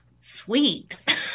sweet